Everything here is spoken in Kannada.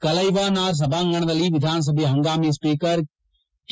ಕಲೈವಾನಾರ್ ಸಭಾಂಗಣದಲ್ಲಿ ವಿಧಾನಸಭೆಯ ಹಂಗಾಮಿ ಸ್ವೀಕರ್ ಕೆ